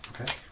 Okay